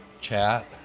Chat